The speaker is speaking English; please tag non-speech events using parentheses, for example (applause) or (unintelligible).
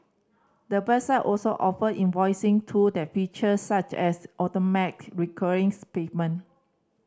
the website also offer invoicing tool and feature such as automated recurring (unintelligible) payment